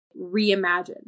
reimagine